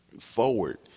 Forward